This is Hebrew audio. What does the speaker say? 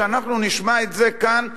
שאנחנו נשמע את זה כאן,